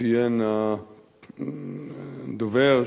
ציין הדובר,